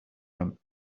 him